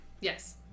yes